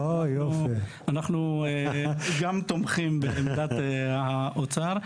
אנחנו גם תומכים בעמדת האוצר,